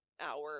hour